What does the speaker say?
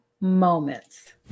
moments